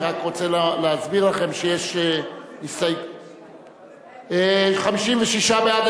אני רק רוצה להסביר לכם שיש 56 בעד,